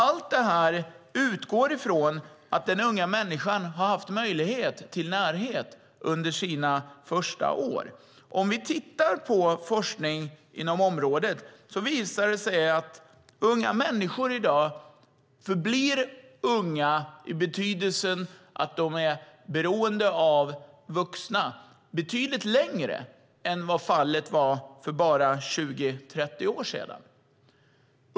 Allt detta utgår ifrån att den unga människan har haft möjlighet till närhet under sina första år. Om vi tittar på forskning inom området visar det sig att unga människor i dag förblir unga i betydelsen att de är beroende av vuxna betydligt längre än vad fallet var för bara 20-30 år sedan.